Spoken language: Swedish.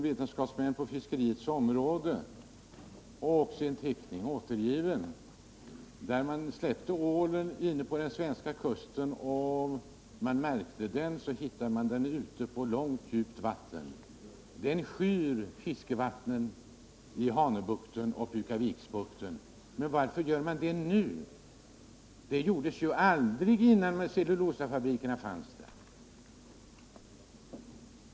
Vetenskapsmän på fiskeriområdet har där, bl.a. med en teckning, återgivit hur man släppt ut märkt ål vid den svenska kusten och sedan träffat på den långt ute på djup! vatten. Ålen skyr fiskevattnen i Hanöbukten och Pukaviksbukten. Men varför gör den det nu? Det skedde aldrig innan cellulosafabrikerna anlades där.